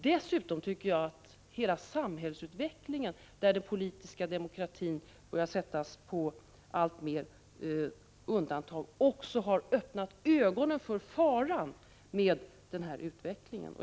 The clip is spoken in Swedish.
Dessutom tycker jag att hela samhällsutvecklingen, där den politiska demokratin alltmer börjar sättas på undantag, har öppnat ögonen för faran med den ordning som föreslås i propositionen.